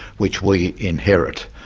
which we inherit,